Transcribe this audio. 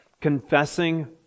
confessing